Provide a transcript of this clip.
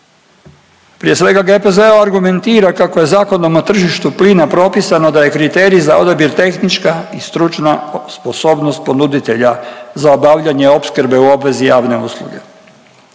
Prije svega GPZ argumentira kako je Zakonom na tržištu plina propisano da je kriterij za odabir tehnička i stručna sposobnost ponuditelja za obavljanje opskrbe u obvezi javne usluge.